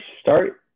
start